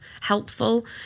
helpful